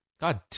God